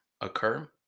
occur